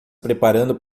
preparando